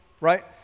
right